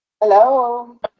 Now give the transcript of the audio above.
Hello